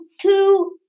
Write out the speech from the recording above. two